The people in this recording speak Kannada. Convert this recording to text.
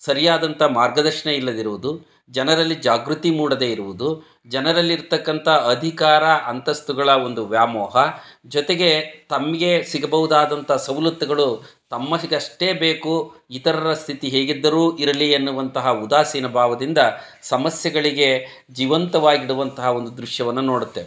ಸರಿಯಾದಂಥ ಮಾರ್ಗದರ್ಶನ ಇಲ್ಲದಿರುವುದು ಜನರಲ್ಲಿ ಜಾಗೃತಿ ಮೂಡದೇ ಇರುವುದು ಜನರಲ್ಲಿರತಕ್ಕಂಥ ಅಧಿಕಾರ ಅಂತಸ್ತುಗಳ ಒಂದು ವ್ಯಾಮೋಹ ಜೊತೆಗೆ ತಮಗೆ ಸಿಗಬಹುದಾದಂತಹ ಸೌಲತ್ತುಗಳು ತಮ್ಮಷ್ಟಕ್ಕಷ್ಟೇ ಬೇಕು ಇತರರ ಸ್ಥಿತಿ ಹೇಗಿದ್ದರೂ ಇರಲಿ ಎನ್ನುವಂತಹ ಉದಾಸೀನ ಭಾವದಿಂದ ಸಮಸ್ಯೆಗಳಿಗೆ ಜೀವಂತವಾಗಿಡುವಂತಹ ಒಂದು ದೃಶ್ಯವನ್ನು ನೋಡುತ್ತೇವೆ